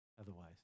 otherwise